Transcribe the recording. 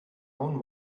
own